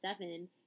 seven